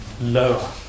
lower